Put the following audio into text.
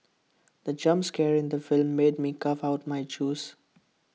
the jump scare in the film made me cough out my juice